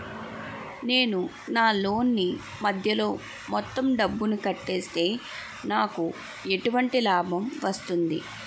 నేను నా లోన్ నీ మధ్యలో మొత్తం డబ్బును కట్టేస్తే నాకు ఎటువంటి లాభం వస్తుంది?